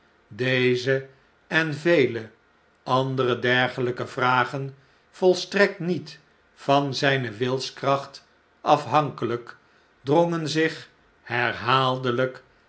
deze en vele andere dergelijke vragen volstrekt niet van zijne wilskracht af hankelijk drongen zich